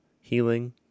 healing